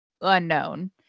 unknown